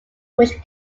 which